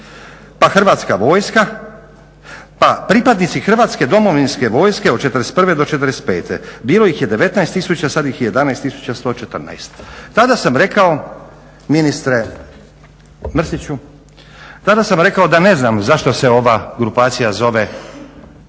pa Hrvatska vojska pa pripadnici Hrvatske domovinske vojske od '41.do '45.bilo ih je 19 000 sada ih je 11 114. Tada sam rekao ministre Mrsiću, tada sam rekao da ne znam zašto se ova grupacija zove pripadnici